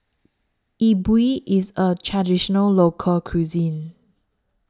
Yi Bua IS A Traditional Local Cuisine